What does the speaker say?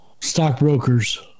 stockbrokers